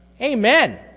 Amen